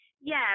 Yes